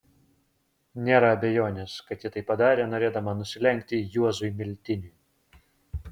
nėra abejonės kad ji tai padarė norėdama nusilenkti juozui miltiniui